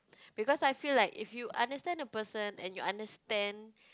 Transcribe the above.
because I feel like if you understand a person and you understand